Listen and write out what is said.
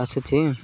ଆସୁଛି